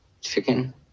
chicken